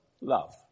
love